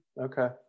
Okay